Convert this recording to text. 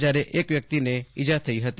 જયારે એક વ્યક્તિને ઇજા થઇ હતી